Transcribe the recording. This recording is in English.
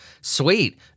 Sweet